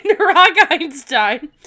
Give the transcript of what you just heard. Einstein